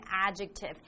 adjective